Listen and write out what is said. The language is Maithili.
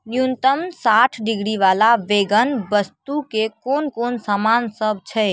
न्यूनतम साठ डिग्री वाला बेगन वस्तुके कोन कोन समान सब छै